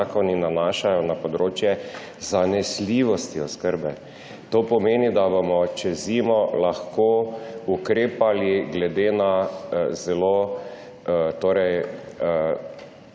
zakoni nanašajo na področje zanesljivosti oskrbe. To pomeni, da bomo čez zimo lahko ukrepali glede na zelo